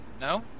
No